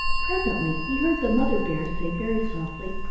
presently he heard the mother bear say very softly,